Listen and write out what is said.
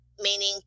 meaning